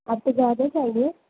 آپ کو زیادہ چاہیے